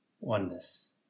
oneness